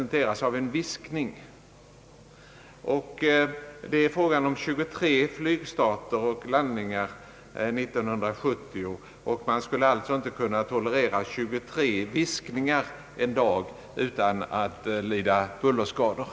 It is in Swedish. Eftersom det skulle röra sig om 23 flygstarter och landningar per dag 1970, skulle man alltså inte kunna tolerera 23 viskningar dagligen utan att lida bullerskador.